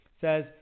says